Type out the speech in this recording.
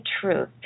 truth